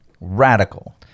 Radical